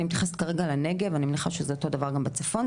אני מתייחסת כרגע לנגב אני מניחה שזה אותו דבר גם בצפון,